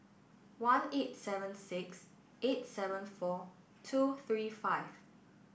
one eight seven six eight seven four two three five